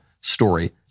story